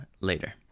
later